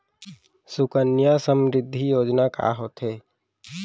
सुकन्या समृद्धि योजना का होथे